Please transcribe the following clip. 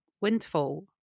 windfall